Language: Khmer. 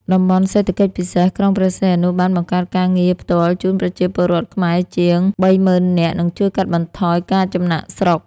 តំបន់ សេដ្ឋកិច្ចពិសេសក្រុងព្រះសីហនុបានបង្កើតការងារផ្ទាល់ជូនប្រជាពលរដ្ឋខ្មែរជាង ៣០,០០០ នាក់ និងជួយកាត់បន្ថយការចំណាកស្រុក។